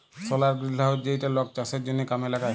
সলার greenhouse যেইটা লক চাষের জনহ কামে লাগায়